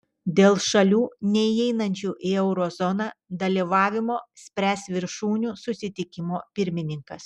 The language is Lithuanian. dėl šalių neįeinančių į euro zoną dalyvavimo spręs viršūnių susitikimo pirmininkas